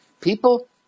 People